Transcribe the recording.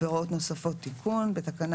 והוראות נוספות)(תיקון) (תיקון מס'